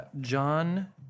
John